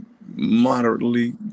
moderately